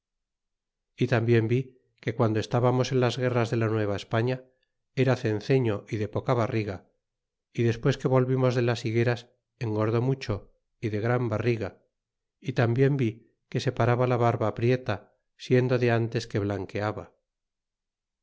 y tarnbien vi que guando estábarnos en las guerras de la nueva españa era cenceño y de poca barriga y despues que volvimos de las higueras engordó mucho y de gran barriga y tarnbien vi que se paraba la barba prieta siendo de ntes que blanqueaba